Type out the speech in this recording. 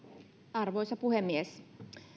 arvoisa puhemies